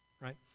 right